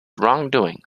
wrongdoing